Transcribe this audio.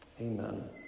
Amen